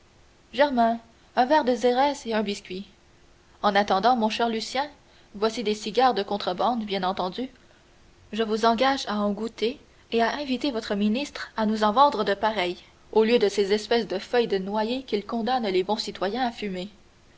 germain un verre de xérès et un biscuit en attendant mon cher lucien voici des cigares de contrebande bien entendu je vous engage à en goûter et à inviter votre ministre à nous en vendre de pareils au lieu de ces espèces de feuilles de noyer qu'il condamne les bons citoyens à fumer